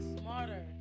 smarter